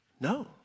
No